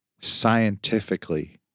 scientifically